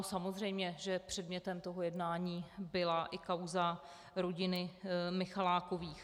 Samozřejmě že předmětem toho jednání byla i kauza rodiny Michalákových.